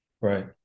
Right